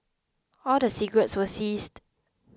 all the cigarettes were seized